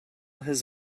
his